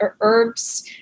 herbs